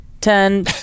ten